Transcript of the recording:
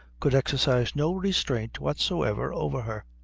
could exercise no restraint whatsoever over her.